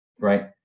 Right